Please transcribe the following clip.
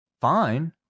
fine